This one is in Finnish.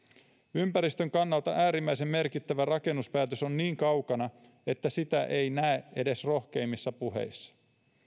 ympäristön kannalta äärimmäisen merkittävä rakennuspäätös on niin kaukana että sitä ei näe edes rohkeimmissa puheissa